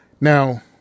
Now